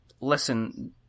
Listen